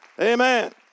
Amen